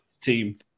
team